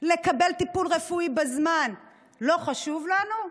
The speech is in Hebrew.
לקבל טיפול רפואי בזמן לא חשובות לנו?